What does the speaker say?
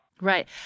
Right